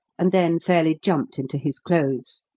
and then fairly jumped into his clothes.